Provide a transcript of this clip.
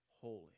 holy